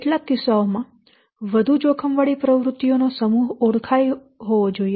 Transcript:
કેટલાક કેસોમાં વધુ જોખમવાળી પ્રવૃત્તિઓનો સમૂહ ઓળખાયો હોવો જોઈએ